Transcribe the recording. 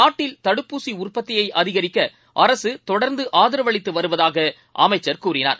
நாட்டில் தடுப்பூசிஉற்பத்தியைஅதிகரிக்கஅரசுதொடர்ந்துஆதரவளித்துவருவதாகஅமைச்சர் கூறினார்